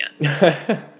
Yes